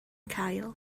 cael